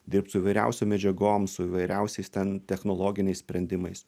dirbt su įvairiausiom medžiagom su įvairiausiais ten technologiniais sprendimais